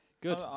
Good